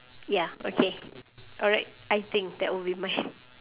ya okay alright I think that will be mine